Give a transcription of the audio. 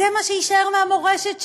זה מה שיישאר מהמורשת שלו.